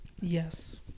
Yes